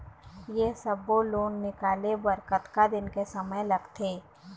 ये सब्बो लोन निकाले बर कतका दिन के समय लगथे?